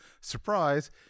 surprise